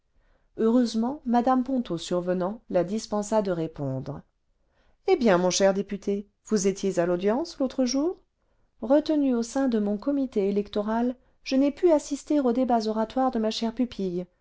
heureusement mmo ponto survenant la dispensa de répondre eh bien mon cher député vous étiez à l'audience l'antre jour retenue au sein de mon comité électoral je n'ai pu assister aux débuts oratoires de ma chère pupille